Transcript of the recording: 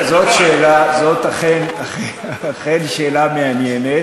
זאת שאלה זאת אכן שאלה מעניינת.